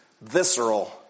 visceral